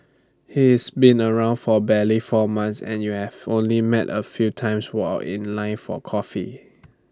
he is been around for barely four months and you've only met A few times while in line for coffee